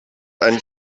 ein